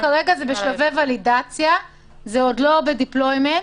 כרגע זה בשלבי ולידציה ועוד לא ב-deployment,